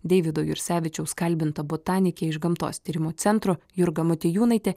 deivido jursevičiaus kalbinta botanikė iš gamtos tyrimų centro jurga motiejūnaitė